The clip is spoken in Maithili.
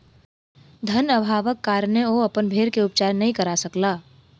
धन अभावक कारणेँ ओ अपन भेड़ के उपचार नै करा सकला